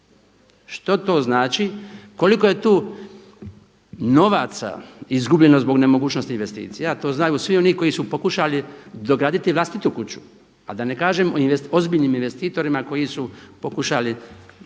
Što to znači? Koliko je tu novaca izgubljeno zbog nemogućnosti investicija? To znaju svi oni koji su pokušali dograditi vlastitu kuću, a da ne kažem o ozbiljnim investitorima koji su pokušali ići